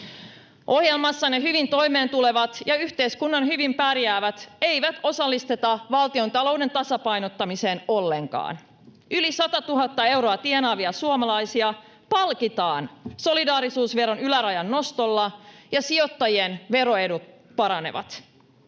Ohjelmassanne hyvin toimeentulevia ja yhteiskunnassa hyvin pärjääviä ei osallisteta valtiontalouden tasapainottamiseen ollenkaan. Yli 100 000 euroa tienaavia suomalaisia palkitaan solidaarisuusveron ylärajan nostolla, ja sijoittajien veroedut paranevat.